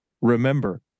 remember